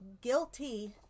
guilty